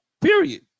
period